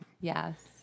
Yes